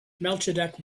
melchizedek